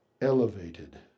elevated